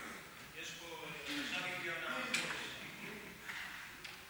יש לי שני חוקים של שר הרווחה.